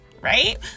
right